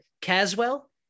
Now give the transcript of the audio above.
Caswell